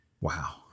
Wow